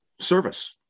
service